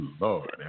Lord